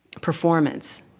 performance